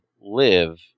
live